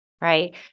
Right